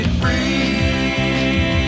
free